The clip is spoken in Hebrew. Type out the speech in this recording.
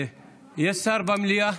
יש שר במליאה?